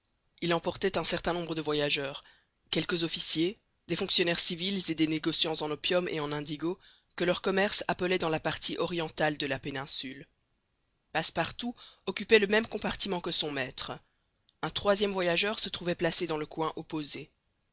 il emportait un certain nombre de voyageurs quelques officiers des fonctionnaires civils et des négociants en opium et en indigo que leur commerce appelait dans la partie orientale de la péninsule passepartout occupait le même compartiment que son maître un troisième voyageur se trouvait placé dans le coin opposé